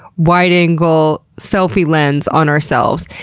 wide-angle selfie lens on ourselves.